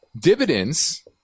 Dividends